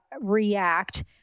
react